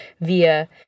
via